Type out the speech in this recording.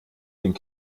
ding